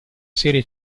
serie